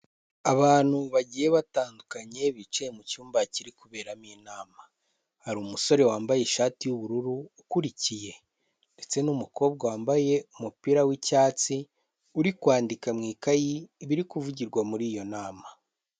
Ubantu bagiye batandukanye bicaye mu cyumba kiri kuberamo inama, hari umusore wambaye ishati y'ubururu ukurikiye ndetse n'umukobwa wambaye umupira w'icyatsi uri kwandika mu biri kuvugirwa muri iyo nama.